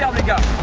to go